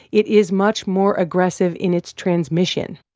it is much more aggressive in its transmission